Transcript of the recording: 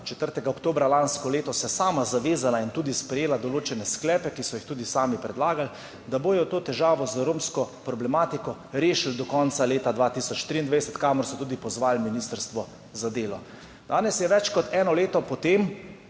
4. oktobra lansko leto sama zavezala in tudi sprejela določene sklepe, ki so jih tudi sami predlagali, da bodo to težavo z romsko problematiko rešili do konca leta 2023, k čemur so tudi pozvali Ministrstvo za delo. Danes je več kot eno leto po tem,